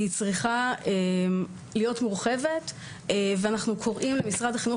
היא צריכה להיות מורחבת ואנחנו קוראים למשרד החינוך